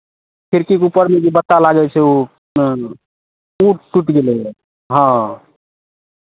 खिड़कीके उपरमे जे बट्टा लागै छै ओ टूटि गेलैए हँ